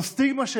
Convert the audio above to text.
זאת סטיגמה.